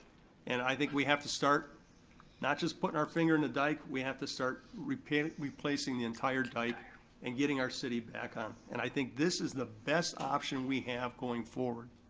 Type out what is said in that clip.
and i think we have to start not just putting our finger in the dike, we have to start replacing replacing the entire dike and getting our city back on. and i think this is the best option we have going forward.